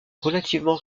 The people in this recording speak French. relativement